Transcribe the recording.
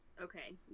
Okay